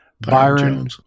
Byron